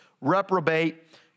reprobate